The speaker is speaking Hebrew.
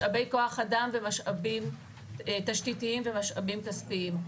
משאבי כוח אדם ומשאבים תשתיתיים ומשאבים כספיים.